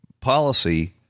policy